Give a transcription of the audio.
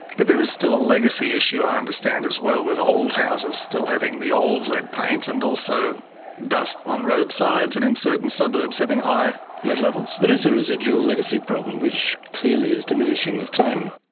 but there is still a legacy issue, i understand, as well, with old houses still having the old lead paint, and also dust on roadsides, and in certain suburbs having high lead levels. there is a residual legacy problem, which clearly is diminishing with time.